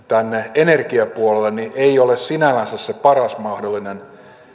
energiapuolelle ei ole sinällänsä se paras mahdollinen